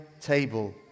table